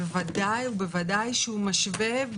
בוודאי ובוודאי שהוא משווה,